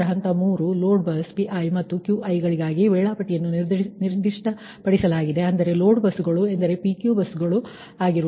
ನಂತರ ಹಂತ 3 load bus Pi ಮತ್ತು Qi ಗಳಿಗಾಗಿ ವೇಳಾಪಟ್ಟಿ ನಿರ್ದಿಷ್ಟಪಡಿಸಲಾಗಿದೆ ಅಂದರೆ ಲೋಡ್ ಬಸ್ಸುಗಳು ಎಂದರೆ PQ ಬಸ್ಗಳು ಸರಿ